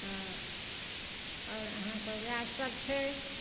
तऽ आओर अहाँके वएह सब छै